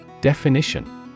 Definition